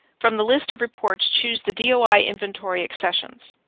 from the list of reports, choose the doi inventory accessions.